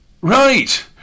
Right